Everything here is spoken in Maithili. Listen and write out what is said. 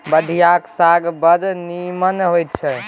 ठढियाक साग बड़ नीमन होए छै